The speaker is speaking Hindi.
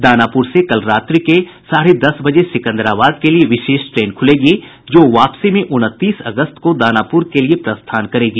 दानापुर से कल रात्रि के साढ़े दस बजे सिकंदराबाद के लिये विशेष ट्रेन खुलेगी जो वापसी में उनतीस अगस्त को दानापुर के लिये प्रस्थान करेगी